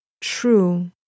true